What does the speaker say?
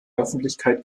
öffentlichkeit